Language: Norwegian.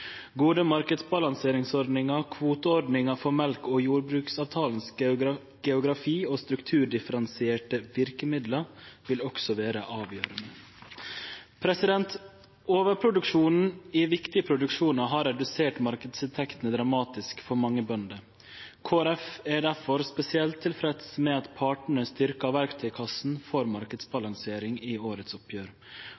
Gode marknadsbalanseringsordningar, kvoteordningar for mjølk og jordbruksavtalens geografi- og strukturdifferensierte verkemiddel vil også vere avgjerande. Overproduksjonen i viktige produksjonar har redusert marknadsinntektene dramatisk for mange bønder. Kristeleg Folkeparti er difor spesielt tilfreds med at partane styrkjer verktøykassa for